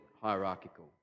hierarchical